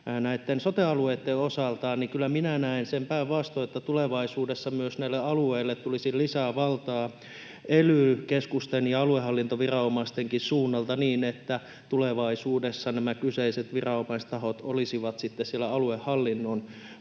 näitten sote-alueitten osalta, niin kyllä minä näen sen päinvastoin, että tulevaisuudessa myös näille alueille tulisi lisää valtaa ely-keskusten ja aluehallintoviranomaistenkin suunnalta niin, että tulevaisuudessa nämä kyseiset viranomaistahot olisivat sitten siellä aluehallinnon